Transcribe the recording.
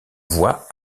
voit